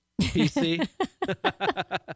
PC